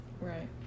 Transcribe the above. Right